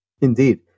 Indeed